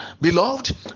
beloved